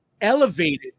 elevated